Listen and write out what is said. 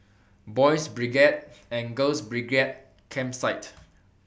Boys' Brigade and Girls' Brigade Campsite